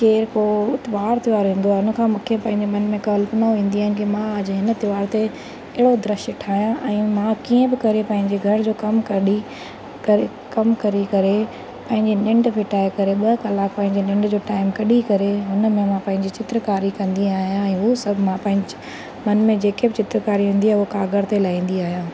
केर को वार त्योहार ईंदो आहे हुनखां मूंखे पंहिंजे मन में कल्पना ईंदियूं आहिनि कि मां अॼु हिन त्योहार ते अहिड़ो दृश्य ठाहियां ऐं मां कीअं बि करे पंहिंजे घर जो कमु कढी करे कमु करे करे पंहिंजी निंढ फिटाए करे ॿ कलाक पंहिंजी निंढ जो टाइम कढी करे हुन में मां पंहिंजी चित्रकारी कंदी आहियां हू सभु मां पंहिंजी मन में जेके बि चित्रकारी हूंदी आहे हू काॻर ते लाहींदी आहियां